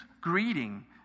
greeting